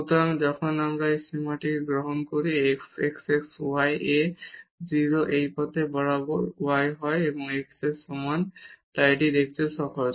সুতরাং যখন আমরা এখানে এই সীমাটি গ্রহণ করি f x x y এ 0 এই পথে বরাবর y হয় x এর সমান এটি দেখতে সহজ